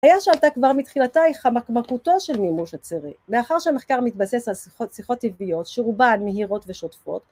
‫היה שעלתה כבר מתחילתה היא ‫חמקמקותו של מימוש הצירה ‫מאחר שהמחקר מתבסס ‫על שיחות טבעיות ‫שרובן, מהירות ושותפות.